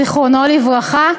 זיכרונו לברכה.